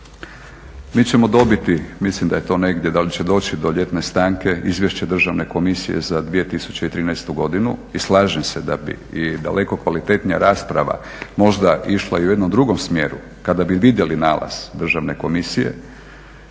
mi ćemo dobiti, mislim da je to negdje, da li će doći do ljetne stanke Izvješće državne komisije za 2013. godinu, i slažem se da bi i daleko kvalitetnija rasprava možda išla i u jednom drugom smjeru kada bi vidjeli nalaz državne komisije